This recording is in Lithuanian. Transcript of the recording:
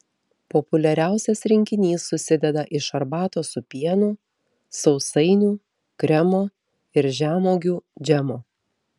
populiariausias rinkinys susideda iš arbatos su pienu sausainių kremo ir žemuogių džemo